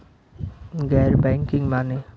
गैर बैंकिंग माने?